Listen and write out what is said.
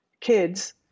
kids